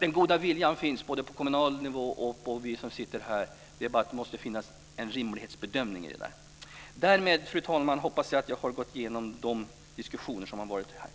Den goda viljan finns både på kommunal nivå och bland oss som sitter här. Det är bara det att det måste finnas en rimlighetsbedömning. Därmed, fru talman, hoppas jag att jag har gått igenom allt som förekommit i dagens diskussion.